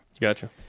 Gotcha